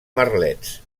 merlets